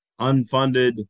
unfunded